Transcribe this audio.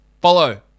Follow